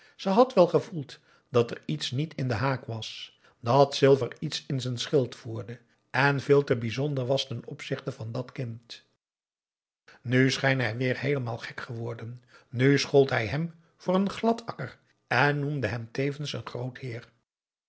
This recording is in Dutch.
ze had wel gevoeld dat er iets niet in den haak was dat silver iets in z'n schild voerde en veel te bijzonder was ten opzichte van dat kind nu scheen hij weer heelemaal gek geworden nu schold hij hem voor een gladakker en noemde hem tevens een groot heer